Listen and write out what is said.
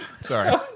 Sorry